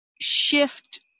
shift